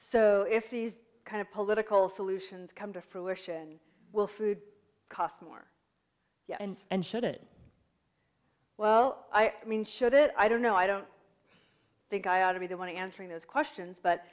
so if these kind of political solutions come to fruition will food costs more and and should it well i mean should it i don't know i don't think i ought to be the one answering those questions but